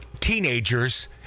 teenagers